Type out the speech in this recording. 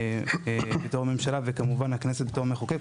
בתור ממשלה וכמובן הכנסת בתור מחוקק,